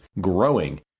growing